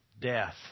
death